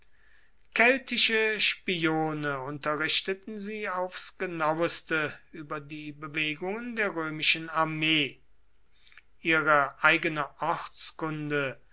keltische spione unterrichteten sie aufs genaueste über die bewegungen der römischen armee ihre eigene